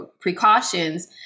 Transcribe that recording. precautions